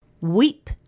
Weep